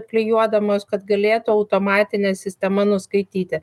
klijuodamos kad galėtų automatinė sistema nuskaityti